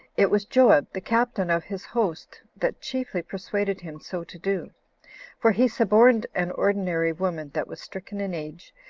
it was joab, the captain of his host, that chiefly persuaded him so to do for he suborned an ordinary woman, that was stricken in age,